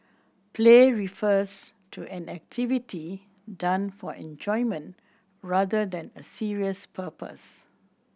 play refers to an activity done for enjoyment rather than a serious purpose